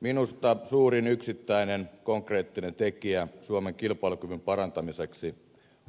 minusta suurin yksittäinen konkreettinen tekijä suomen kilpailukyvyn parantamiseksi